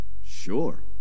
Sure